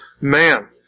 man